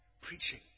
preaching